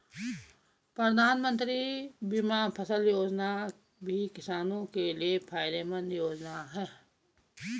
प्रधानमंत्री बीमा फसल योजना भी किसानो के लिये फायदेमंद योजना है